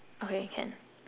okay can